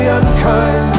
unkind